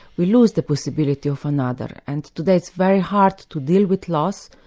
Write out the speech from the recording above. we lose the possibility of another, and that's very hard to deal with loss,